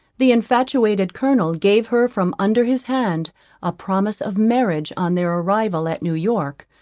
the infatuated colonel gave her from under his hand a promise of marriage on their arrival at new-york,